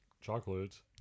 chocolates